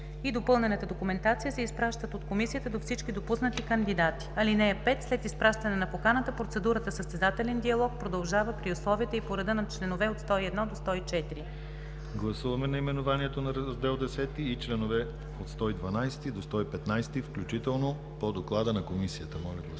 и допълнената документация се изпращат от комисията до всички допуснати кандидати. (5) След изпращане на поканата процедурата състезателен диалог продължава при условията и по реда на чл. 101 104.“ ПРЕДСЕДАТЕЛ ДИМИТЪР ГЛАВЧЕВ: Гласуваме наименованието на Раздел X и членове от 112 до 115 включително по Доклада на Комисията. Гласували